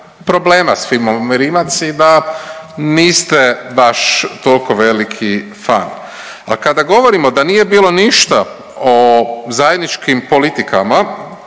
problema s firmom Rimac i da niste baš tolko veliki fan. A kada govorimo da nije bilo ništa o zajedničkim politikama,